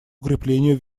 укреплению